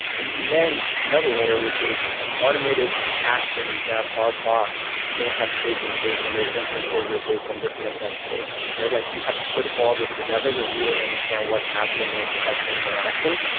and then another layer, which is automated actions that our bots may have taken based on those inferences, or based on different event states, right? like you have to put all those together to really understand what's happening with a customer interaction,